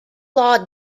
law